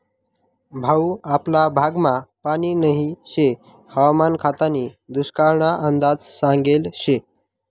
भाऊ आपला भागमा पानी नही शे हवामान खातानी दुष्काळना अंदाज सांगेल शे